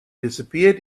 disappeared